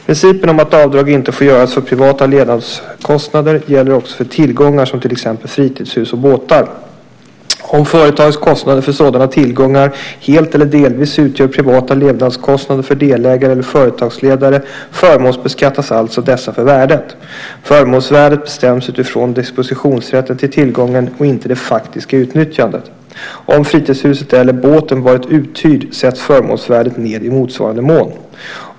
Principen om att avdrag inte får göras för privata levnadskostnader gäller också för tillgångar som till exempel fritidshus och båtar. Om företagets kostnader för sådana tillgångar helt eller delvis utgör privata levnadskostnader för delägare eller företagsledare förmånsbeskattas alltså dessa för värdet. Förmånsvärdet bestäms utifrån dispositionsrätten till tillgången och inte det faktiska utnyttjandet. Om fritidshuset eller båten varit uthyrd sätts förmånsvärdet ned i motsvarande mån.